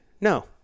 no